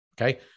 Okay